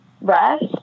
rest